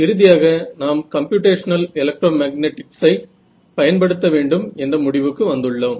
இறுதியாக நாம் computational electromagnetics ஐ பயன்படுத்த வேண்டும் என்ற முடிவுக்கு வந்துள்ளோம்